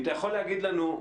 אם אתה יכול להגיד לנו,